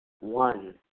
One